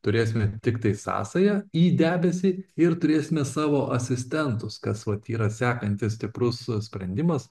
turėsime tiktai sąsają į debesį ir turėsime savo asistentus kas vat yra sekantis stiprus sprendimas